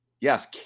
Yes